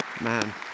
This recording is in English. Man